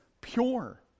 Pure